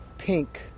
Pink